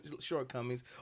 shortcomings